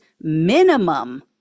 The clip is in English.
minimum